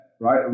Right